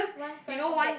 one front one back